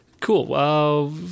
cool